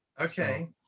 Okay